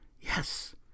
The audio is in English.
Yes